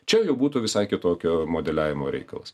čia jau būtų visai kitokio modeliavimo reikalas